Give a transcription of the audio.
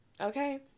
okay